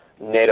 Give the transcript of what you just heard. NATO